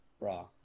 Bra